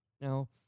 Now